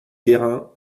guérin